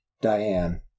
Diane